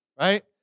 Right